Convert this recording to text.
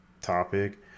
topic